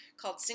called